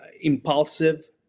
impulsive